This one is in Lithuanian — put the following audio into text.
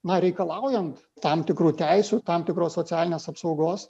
na reikalaujant tam tikrų teisių tam tikros socialinės apsaugos